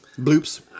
Bloops